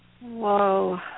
Whoa